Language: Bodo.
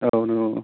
औ नोंगौ